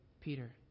Peter